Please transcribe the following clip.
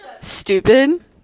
stupid